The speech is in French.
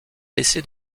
laissé